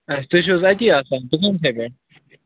اچھا تُہۍ چھِو حظ اَتی آسان تَمہِ گرِ